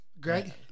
Greg